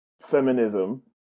feminism